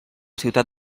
ciutat